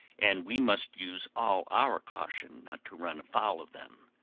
and we must use all our caution not to run foul of them.